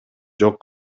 жок